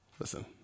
Listen